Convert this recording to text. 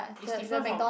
it's different from